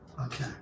Okay